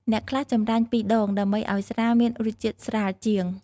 អ្នកខ្លះចម្រាញ់ពីរដង ដើម្បីឱ្យស្រាមានរសជាតិស្រាលជាង។